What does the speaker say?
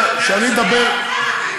זאת העובדה.